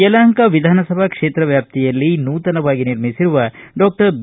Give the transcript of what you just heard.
ಯಲಪಂಕ ವಿಧಾನಸಭಾ ಕ್ಷೇತ್ರದ ವ್ಯಾಪ್ತಿಯಲ್ಲಿ ನೂತನವಾಗಿ ನಿರ್ಮಿಸಿರುವ ಡಾಕ್ಷರ್ ಬಿ